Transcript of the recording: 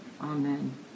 Amen